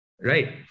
Right